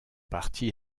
parti